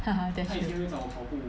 (uh huh) that's true